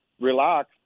relax